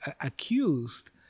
accused